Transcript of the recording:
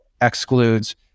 excludes